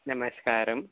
నమస్కారం